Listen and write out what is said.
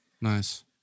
Nice